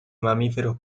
mamíferos